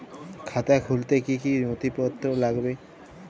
খাতা খুলতে কি কি নথিপত্র লাগবে?